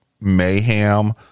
mayhem